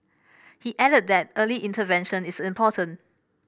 he added that early intervention is important